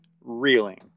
reeling